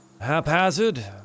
haphazard